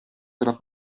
della